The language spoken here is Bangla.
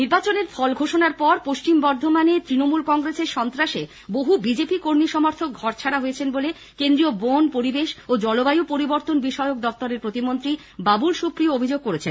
নির্বাচনের ফল ঘোষণার পর পশ্চিম বর্ধমানে তৃণমূল কংগ্রেসের সন্ত্রাসে বহু বিজেপি কর্মী সমর্থক ঘরছাড়া হয়েছেন বলে কেন্দ্রীয় বন পরিবেশ ও জলবায় পরিবর্তন বিষয়ক দপ্তরের প্রতিমন্ত্রী বাবুল সুপ্রিয় অভিযোগ করেছেন